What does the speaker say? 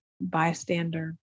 bystander